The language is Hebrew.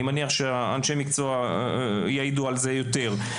אני מניח שאנשי המקצוע יעידו על כך יותר.